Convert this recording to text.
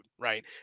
right